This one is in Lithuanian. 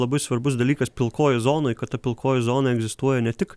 labai svarbus dalykas pilkojoj zonoj kad ta pilkoji zona egzistuoja ne tik